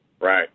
Right